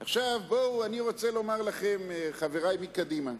עכשיו אני רוצה לומר לכם, חברי מקדימה: